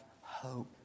hope